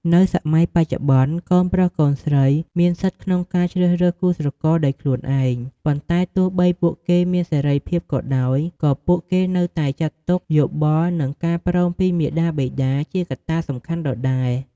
នៅសម័យបច្ចុប្បន្ន កូនប្រុសកូនស្រីមានសិទ្ធិក្នុងការជ្រើសរើសគូស្រករដោយខ្លួនឯង ប៉ុន្តែទោះបីពួកគេមានសេរីភាពក៏ដោយ ក៏ពួកគេនៅតែចាត់ទុក យោបល់ និងការព្រមពីមាតាបិតាជាកត្តាសំខាន់ដដែល។